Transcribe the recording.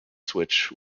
switch